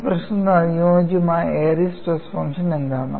ഈ പ്രശ്നത്തിന് അനുയോജ്യമായ എയറിസ് സ്ട്രെസ് ഫംഗ്ഷൻ എന്താണ്